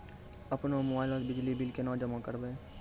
अपनो मोबाइल से बिजली बिल केना जमा करभै?